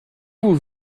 vous